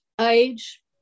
age